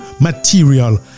material